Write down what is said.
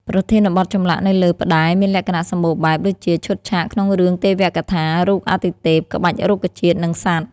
ប្រធានបទចម្លាក់នៅលើផ្តែរមានលក្ខណៈសម្បូរបែប ដូចជា ឈុតឆាកក្នុងរឿងទេវកថា រូបអាទិទេព ក្បាច់រុក្ខជាតិ និងសត្វ។